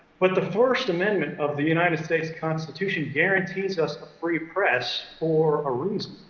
but the first amendment of the united states constitution guarantees us a free press for a reason,